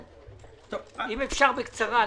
בקצרה.